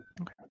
Okay